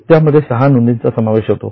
त्यामध्ये 6 नोंदींचा समावेश होतो